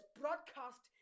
broadcast